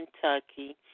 Kentucky